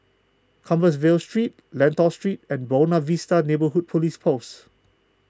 Compassvale Street Lentor Street and Buona Vista Neighbourhood Police Post